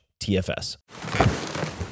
TFS